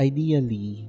Ideally